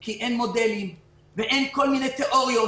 כי אין מודלים ואין כל מיני תיאוריות.